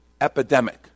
epidemic